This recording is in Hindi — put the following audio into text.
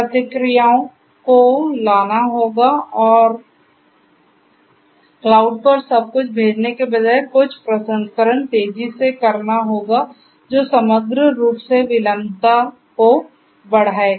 प्रतिक्रियाओं को लेना होगा और क्लाउड पर सब कुछ भेजने के बजाय कुछ प्रसंस्करण तेजी से करना होगा जो समग्र रूप से विलंबता को बढ़ाएगा